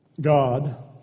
God